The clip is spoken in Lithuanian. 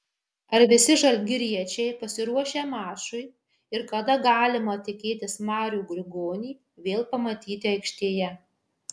ar visi žalgiriečiai pasiruošę mačui ir kada galima tikėtis marių grigonį vėl pamatyti aikštėje